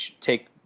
take